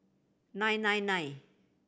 nine nine nine